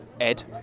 Ed